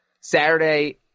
saturday